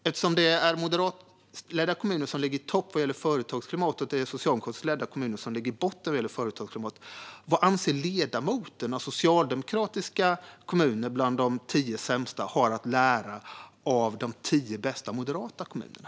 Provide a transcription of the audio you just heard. Eftersom det är moderatledda kommuner som ligger i topp och socialdemokratiskt ledda kommuner som ligger i botten vad gäller företagsklimatet undrar jag vad ledamoten anser att socialdemokratiska kommuner bland de tio sämsta har att lära av de tio bästa moderata kommunerna.